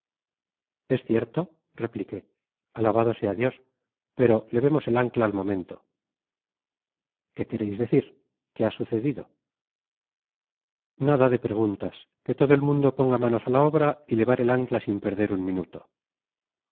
es cierto repliqué alabado sea dios pero levemos él ancla al momento qué quereis decir qué ha sucedido nada de preguntas que todo el mundo ponga manos á la obra y levar el ancla sin perder un minuto